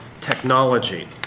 technology